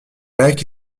lac